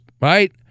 right